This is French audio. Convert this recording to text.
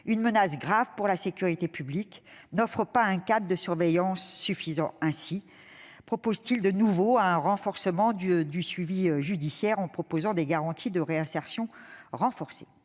une menace grave pour la sécurité publique et n'offrent pas un cadre de surveillance suffisant. Aussi proposent-ils de nouveau un renforcement du suivi judiciaire en proposant des garanties de réinsertion renforcées.